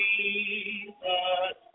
Jesus